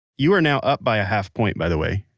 you are now up by a half point, by the way,